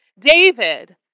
David